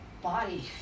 body